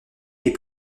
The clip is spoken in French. les